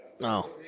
No